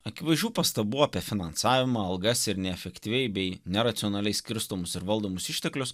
akivaizdžių pastabų apie finansavimą algas ir neefektyviai bei neracionaliai skirstomus ir valdomus išteklius